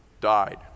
died